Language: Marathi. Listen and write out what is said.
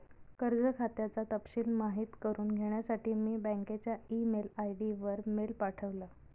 कर्ज खात्याचा तपशिल माहित करुन घेण्यासाठी मी बँकच्या ई मेल आय.डी वर मेल पाठवला